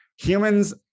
Humans